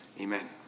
Amen